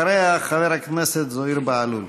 אחריה, חבר הכנסת זוהיר בהלול.